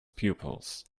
pupils